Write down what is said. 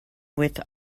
with